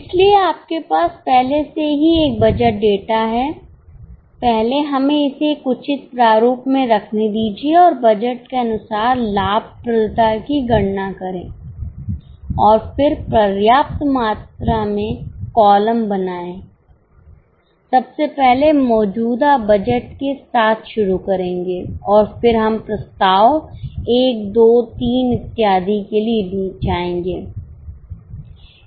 इसलिए आपके पास पहले से ही एक बजट डेटा है पहले हमें इसे एक उचित प्रारूप में रखने दीजिए और बजट के अनुसार लाभप्रदता की गणना करें और फिर पर्याप्त संख्या में कॉलम बनाएं सबसे पहले मौजूदा बजट के साथ शुरू करेंगे और फिर हम प्रस्ताव 1 2 3 इत्यादि के लिए जाएंगे